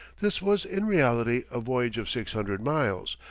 this was in reality a voyage of six hundred miles,